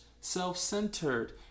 self-centered